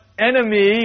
enemy